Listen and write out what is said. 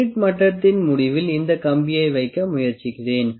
spirit மட்டத்தின் முடிவில் இந்த கம்பியை வைக்க முயற்சிக்கிறேன்